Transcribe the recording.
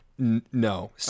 No